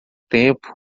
tempo